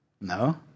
No